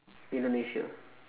indonesia